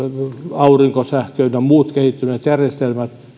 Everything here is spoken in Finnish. aurinkosähkö ynnä muut kehittyneet järjestelmät